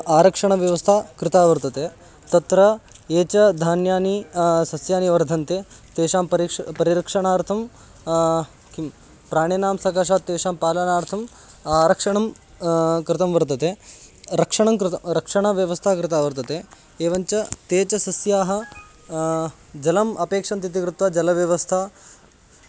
आरक्षणव्यवस्था कृता वर्तते तत्र ये च धान्यानि सस्यानि वर्धन्ते तेषां परिष् परिरक्षणार्थं किं प्राणिनां सकाशात् तेषां पालनार्थम् आरक्षणं कृतं वर्तते रक्षणं कृतं रक्षणव्यवस्था कृता वर्तते एवञ्च ते च सस्याः जलम् अपेक्षन्ते इति कृत्वा जलव्यवस्था